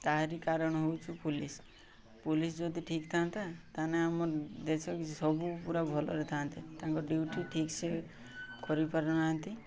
ତାହାରି କାରଣ ହେଉଛି ପୋଲିସ ପୋଲିସ ଯଦି ଠିକ୍ ଥାଆନ୍ତା ତାହେଲେ ଆମ ଦେଶ ସବୁ ପୁରା ଭଲରେ ଥାନ୍ତେ ତାଙ୍କ ଡିଉଟି ଠିକ୍ ସେ କରିପାରୁନାହାନ୍ତି